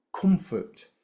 comfort